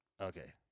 Okay